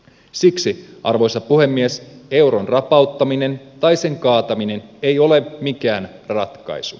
siksi arvoisa puhemies euron rapauttaminen tai sen kaataminen ei ole mikään ratkaisu